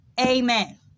Amen